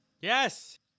Yes